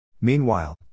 Meanwhile